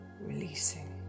releasing